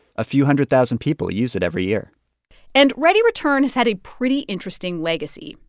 a few hundred thousand people use it every year and readyreturn has had a pretty interesting legacy.